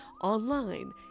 online